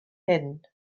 hyn